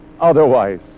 otherwise